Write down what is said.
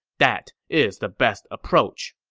that is the best approach.